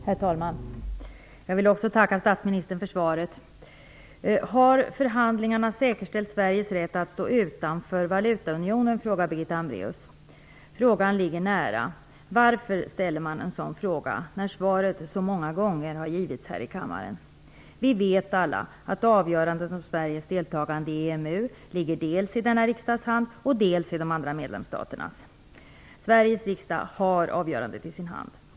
Herr talman! Också jag vill tacka finansministern för svaret. Har förhandlingarna säkerställt Sveriges rätt att stå utanför valutaunionen?, frågar Birgitta Hambraues. Frågan ligger nära: Varför ställer man en sådan fråga, när svaret så många gånger har givits här i kammaren? Vi vet alla att avgörandet för Sveriges deltagande i EMU ligger dels i denna riksdags hand, dels i de andra medlemsstaternas händer. Sveriges riksdag har avgörandet i sin hand.